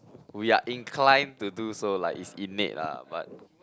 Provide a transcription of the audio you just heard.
we are inclined to do so like it's innate lah but